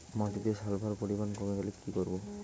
মাটিতে সালফার পরিমাণ কমে গেলে কি করব?